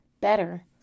better